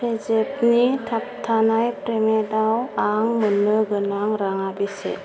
पेजेफजनि थाबथानाय पेमेन्टाव आं मोन्नो गोनां राङा बेसे